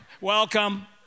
Welcome